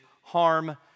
Harm